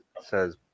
says